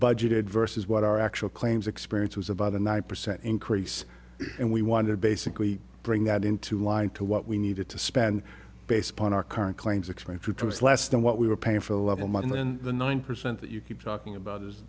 budgeted versus what our actual claims experience was about a nine percent increase and we wanted basically bring that into line to what we needed to spend based upon our current claims explain two trips less than what we were paying for eleven months and the nine percent that you keep talking about is